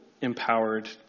empowered